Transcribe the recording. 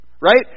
right